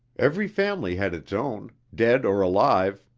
every family had its own, dead or alive,